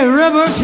river